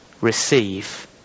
receive